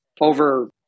over